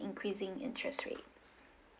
increasing interest rate